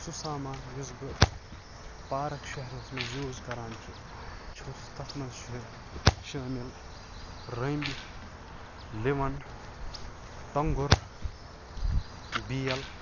سُہ سامان یُس بہٕ پارَک شیٚرنَس مَنٛز یوٗز کَران چھُ چھُس تَتھ مَنٛز چھُ شٲمِل رٔمبۍ لِوَن ٹۅنٛگُر بیل